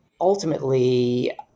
ultimately